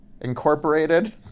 Incorporated